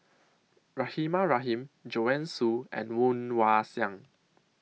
Rahimah Rahim Joanne Soo and Woon Wah Siang